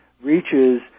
reaches